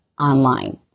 online